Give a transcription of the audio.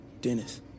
dennis